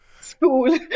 School